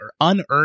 unearned